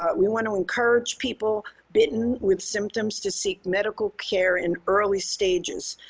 ah we want to encourage people bitten with symptoms to seek medical care in early stages.